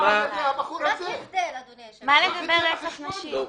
רצח נשים?